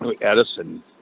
Edison